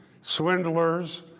swindlers